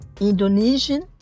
Indonesian